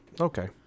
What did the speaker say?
Okay